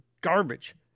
garbage